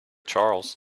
charles